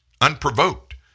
unprovoked